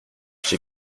j’ai